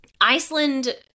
Iceland